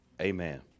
Amen